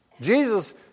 Jesus